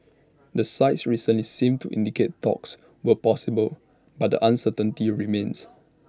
the sides recently seemed to indicate talks were possible but the uncertainty remains